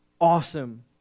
awesome